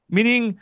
Meaning